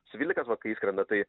svilikas va kai įskrenda tai